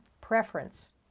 preference